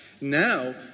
Now